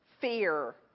fear